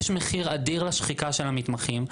יש מחיר אדיר לשחיקה של המתמחים,